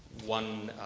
one